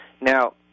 Now